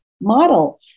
model